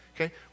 Okay